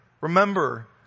Remember